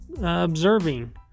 observing